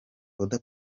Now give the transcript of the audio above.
oda